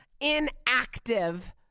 inactive